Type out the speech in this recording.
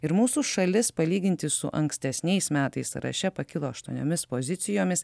ir mūsų šalis palyginti su ankstesniais metais sąraše pakilo aštuoniomis pozicijomis